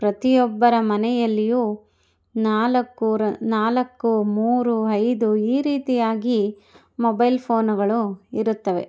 ಪ್ರತಿಯೊಬ್ಬರ ಮನೆಯಲ್ಲಿಯು ನಾಲ್ಕು ರ ನಾಲ್ಕು ಮೂರು ಐದು ಈ ರೀತಿಯಾಗಿ ಮೊಬೈಲ್ ಫೋನುಗಳು ಇರುತ್ತವೆ